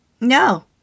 No